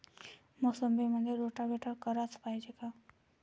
मोसंबीमंदी रोटावेटर कराच पायजे का?